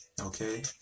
Okay